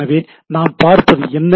எனவே நாம் பார்ப்பது என்ன